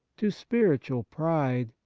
to spiritual pride,